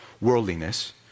worldliness